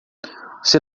você